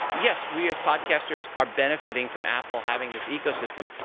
yes, we as broadcasters are benefiting from apple having this ecosystem,